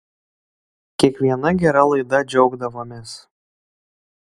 kiekviena gera laida džiaugdavomės